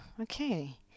Okay